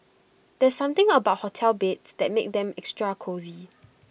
there's something about hotel beds that makes them extra cosy